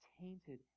tainted